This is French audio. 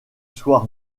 soir